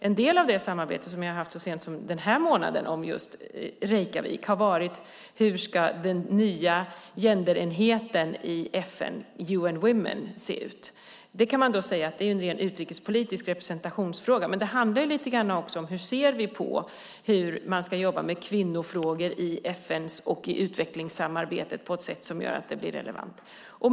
En del av samarbetet med Reykjavik, som jag haft så sent som denna månad, har gällt hur den nya genderenheten i FN, UN Women, ska se ut. Då kan man invända att det är en ren utrikespolitisk representationsfråga, men det handlar också om hur vi anser att man ska jobba med kvinnofrågor, i FN och i utvecklingssamarbetet, på ett sådant sätt att det blir relevant.